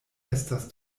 estas